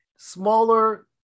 Smaller